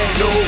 no